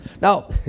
Now